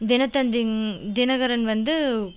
தினத்தந்திங் தினகரன் வந்து